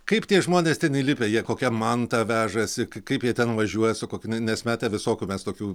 kaip tie žmonės ten įlipę jie kokią mantą vežasi kaip jie ten važiuoja su kokiu nes matę visokių mes tokių